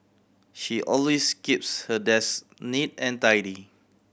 she always keeps her desk neat and tidy